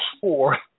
four